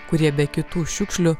kurie be kitų šiukšlių